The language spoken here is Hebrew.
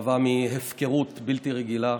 שנבע מהפקרות בלתי רגילה.